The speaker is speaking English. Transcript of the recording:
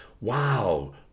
wow